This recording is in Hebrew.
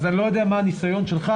אז אני לא יודע מה הנסיון שלך,